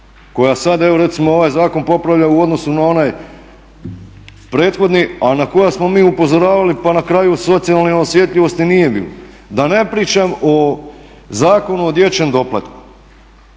koja sad evo recimo ovaj zakon popravlja u odnosu na onaj prethodni, a na koja smo upozoravali pa na kraju o socijalnoj osjetljivosti nije bilo. Da ne pričam o Zakonu o dječjem doplatku